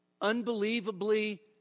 unbelievably